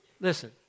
Listen